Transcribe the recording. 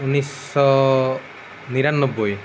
ঊনৈছশ নিৰান্নবৈ